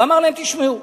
ואמר להם: תשמעו,